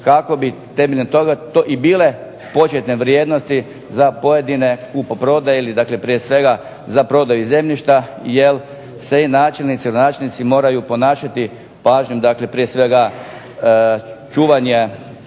kako bi temeljem toga to i bile početne vrijednosti za pojedine kupoprodaje ili prije svega za prodaju zemljišta jer se i načelnice ili načelnici moraju ponašati pažnjom dakle prije svega čuvanje